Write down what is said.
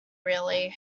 really